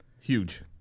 Huge